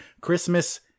Christmas